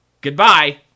Goodbye